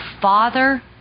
father